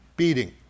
beating